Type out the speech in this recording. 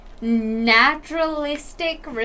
naturalistic